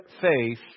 faith